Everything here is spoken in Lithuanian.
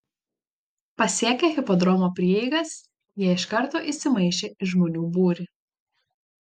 pasiekę hipodromo prieigas jie iš karto įsimaišė į žmonių būrį